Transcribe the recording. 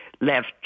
left